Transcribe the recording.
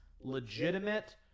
legitimate